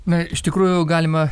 na iš tikrųjų galima